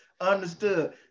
Understood